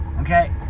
okay